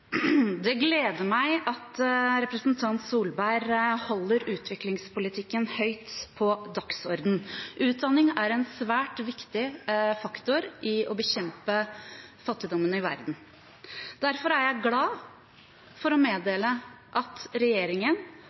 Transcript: Det gleder meg at representanten Solberg holder utviklingspolitikken høyt på dagsordenen. Utdanning er en svært viktig faktor i å bekjempe fattigdommen i verden. Derfor er jeg glad for å meddele at regjeringen